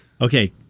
Okay